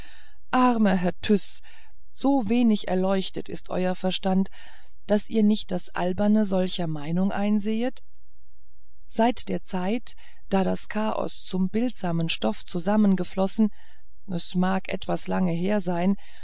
armer herr tyß so wenig erleuchtet ist euer verstand daß ihr nicht das alberne solcher meinungen einsehet seit der zeit daß das chaos zum bildsamen stoff zusammengeflossen es mag etwas lange her sein